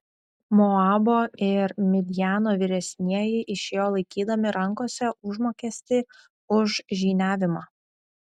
moabo ir midjano vyresnieji išėjo laikydami rankose užmokestį už žyniavimą